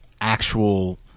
actual